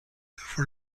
for